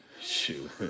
Shoot